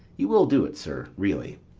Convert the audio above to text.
you will do't, sir, really.